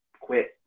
quit